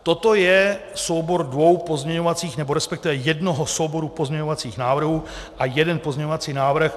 Toto je soubor dvou pozměňovacích, resp. jednoho souboru pozměňovacích návrhů a jeden pozměňovací návrh.